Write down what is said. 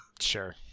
Sure